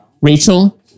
Rachel